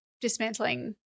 dismantling